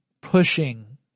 pushing